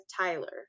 Tyler